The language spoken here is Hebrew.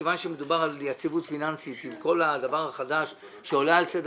מדובר על יציבות פיננסית עם כל הדבר החדש שעולה על סדר-היום,